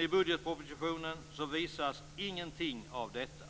I budgetpropositionen visas dock ingenting av detta.